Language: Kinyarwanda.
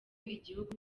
igihugu